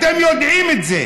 אתם יודעים את זה.